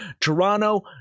Toronto